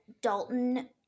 Dalton